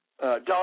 Don